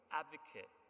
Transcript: advocate